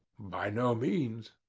by no means.